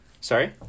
Sorry